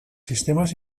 sistemes